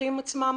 המפקחים עצמם,